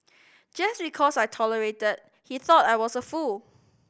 just because I tolerated he thought I was a fool